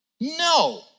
No